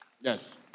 Yes